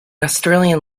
australian